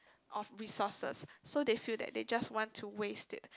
of resources so they feel that they just want to waste it